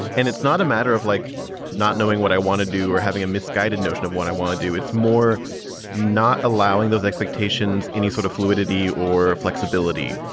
and it's not a matter of like not knowing what i want to do or having a misguided notion of what i want to do. it's more not allowing those expectations, any sort of fluidity or flexibility.